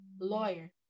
lawyer